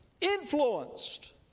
influenced